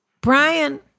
Brian